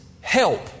help